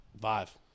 Five